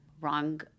wrong